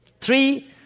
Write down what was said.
Three